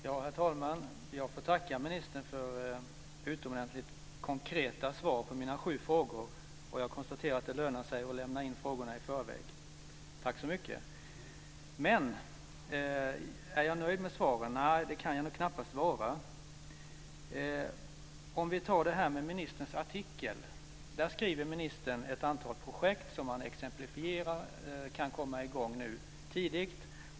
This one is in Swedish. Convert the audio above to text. Herr talman! Jag får tacka ministern för utomordentligt konkreta svar på mina sju frågor. Jag konstaterar att det lönar sig att lämna in frågorna i förväg. Tack så mycket! Men är jag nöjd med svaren? Nja, det kan jag knappast vara. I ministerns artikel ger han ett antal exempel på projekt som kan komma i gång tidigt.